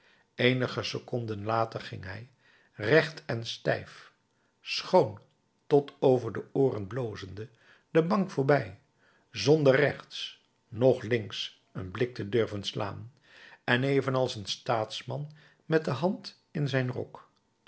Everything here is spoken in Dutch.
eenige seconden later ging hij recht en stijf schoon tot over de ooren blozende de bank voorbij zonder rechts noch links een blik te durven slaan en evenals een staatsman met de hand in zijn rok